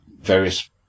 various